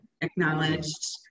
acknowledged